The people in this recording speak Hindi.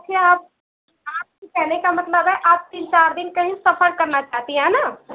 अच्छा आप आपके कहने का मतलब है आप तीन चार दिन कहीं सफर करना चाहती है है ना